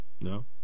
No